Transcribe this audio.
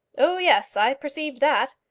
oh, yes i perceived that.